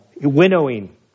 Winnowing